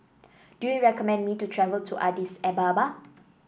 do you recommend me to travel to Addis Ababa